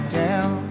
down